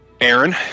Aaron